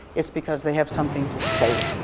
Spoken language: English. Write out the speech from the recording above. it's because they have something to say.